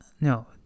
No